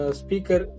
speaker